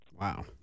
Wow